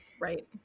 Right